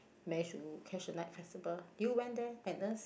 manage to catch the night festival did you went there Agnes